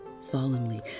solemnly